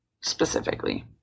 specifically